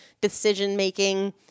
decision-making